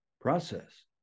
process